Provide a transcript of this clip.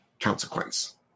consequence